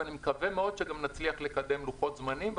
ואני מקווה שאפילו נצליח להקדים את לוחות הזמנים האלה.